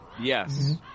Yes